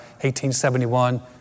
1871